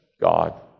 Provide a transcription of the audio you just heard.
God